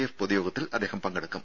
F പൊതുയോഗത്തിൽ അദ്ദേഹം പങ്കെടുക്കും